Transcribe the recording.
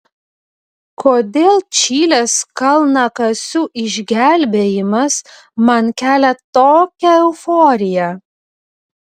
kodėl čilės kalnakasių išgelbėjimas man kelia tokią euforiją